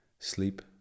Sleep